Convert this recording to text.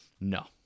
no